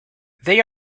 they